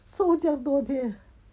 so 将多天